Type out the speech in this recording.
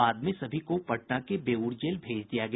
बाद में सभी को पटना के बेउर जेल भेज दिया गया